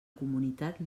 comunitat